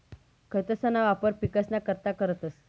खतंसना वापर पिकसना करता करतंस